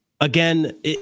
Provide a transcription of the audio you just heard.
Again